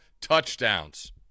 touchdowns